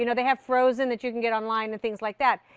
you know they have frozen that you can get online and things like that.